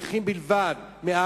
נכים בלבד.